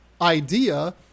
idea